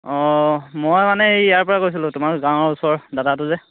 অঁ মই মানে এই ইয়াৰ পৰা কৈছিলোঁ তোমাৰ গাঁৱৰ ওচৰ দাদাটো যে